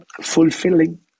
fulfilling